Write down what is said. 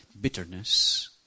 Bitterness